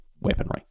weaponry